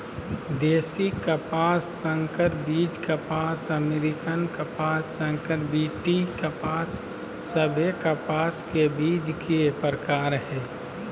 देशी कपास, संकर बीज कपास, अमेरिकन कपास, संकर बी.टी कपास सभे कपास के बीज के प्रकार हय